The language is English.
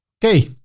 okay.